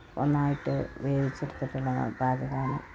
ഒന്നായിട്ട് വേവിച്ച് എടുത്തിട്ടുള്ള പാചകമാണ്